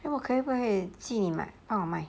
then 我可以不可以借你帮我卖